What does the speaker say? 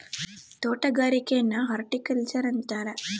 ತೊಟಗಾರಿಕೆನ horticulture ಅಂತಾರ